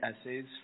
essays